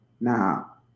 Now